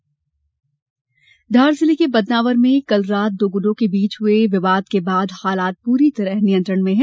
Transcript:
धार में तनाव धार जिले के बदनावर में कल रात दो गूटों के बीच हुए विवाद के बाद हालात पूरी तरह नियंत्रण में हैं